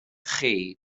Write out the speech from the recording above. chi